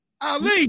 Ali